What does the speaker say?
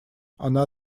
она